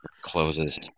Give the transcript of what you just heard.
closes